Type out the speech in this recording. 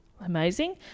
amazing